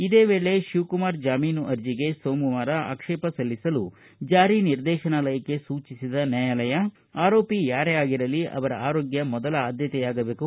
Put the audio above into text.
ಇದೇ ವೇಳೆ ಶಿವಕುಮಾರ ಜಾಮೀನು ಅರ್ಜಿಗೆ ಸೋಮವಾರ ಆಕ್ಷೇಪ ಸಲ್ಲಿಸಲು ಜಾರಿ ನಿರ್ದೇಶನಾಲಯಕ್ಕೆ ಸೂಚಿಸಿದ ನ್ವಾಯಾಲಯ ಆರೋಪಿ ಯಾರೇ ಆಗಿರಲಿ ಅವರ ಆರೋಗ್ನ ಮೊದಲ ಆದ್ದತೆಯಾಗಿರಬೇಕು